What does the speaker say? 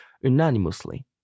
unanimously